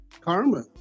Karma